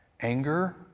Anger